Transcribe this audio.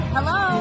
Hello